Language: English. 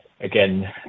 Again